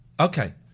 Okay